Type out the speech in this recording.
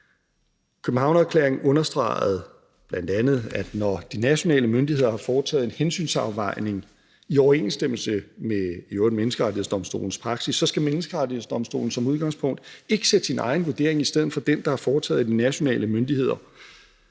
Københavnererklæringen understregede bl.a., at når de nationale myndigheder har foretaget en hensynsafvejning – i øvrigt i overensstemmelse med Menneskerettighedsdomstolens praksis – skal Menneskerettighedsdomstolen som udgangspunkt ikke sætte sin egen vurdering i stedet for den, der er foretaget af de nationale myndigheder.